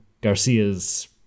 Garcia's